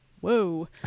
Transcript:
Whoa